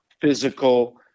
physical